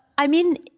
i mean